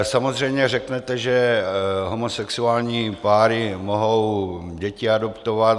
Samozřejmě řeknete, že homosexuální páry mohou děti adoptovat.